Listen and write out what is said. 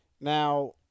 Now